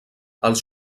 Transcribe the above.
els